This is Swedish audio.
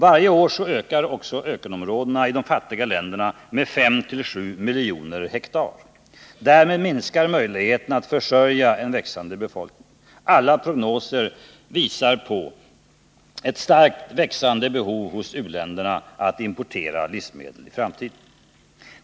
Varje år ökar också ökenområdena i de fattiga länderna med 5-7 miljoner hektar. Därmed minskar möjligheterna att försörja en växande befolkning. Alla prognoser visar på ett starkt växande behov hos u-länderna att importera livsmedel i framtiden.